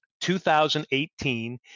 2018